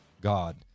god